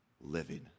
living